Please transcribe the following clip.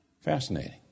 Fascinating